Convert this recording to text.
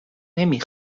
نمی